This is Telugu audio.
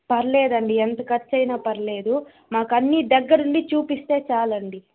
పర్లేదండి ఎంత ఖర్చైనా పర్లేదు మాకన్నీ దగ్గరుండి చూపిస్తే చాలండీ